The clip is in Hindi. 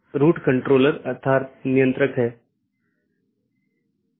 जबकि जो स्थानीय ट्रैफिक नहीं है पारगमन ट्रैफिक है